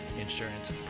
insurance